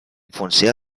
funció